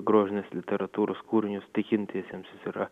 grožinės literatūros kūrinius tikintiesiems yra